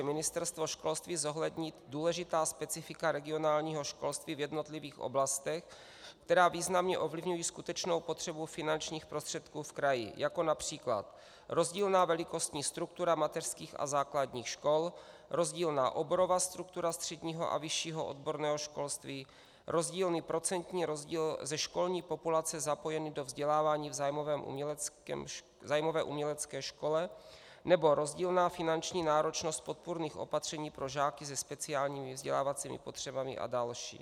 Ministerstvo školství zohlednit důležitá specifika regionálního školství v jednotlivých oblastech, která významně ovlivňují skutečnou potřebu finančních prostředků v kraji, jako např. rozdílná velikostní struktura mateřských a základních škol, rozdílná oborová struktura středního a vyššího odborného školství, rozdílný procentní rozdíl ze školní populace zapojený do vzdělávání v zájmové umělecké škole nebo rozdílná finanční náročnost podpůrných opatření pro žáky ze speciálními vzdělávacími potřebami a další.